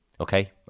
Okay